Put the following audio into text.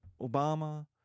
Obama